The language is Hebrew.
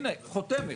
הנה, חותמת.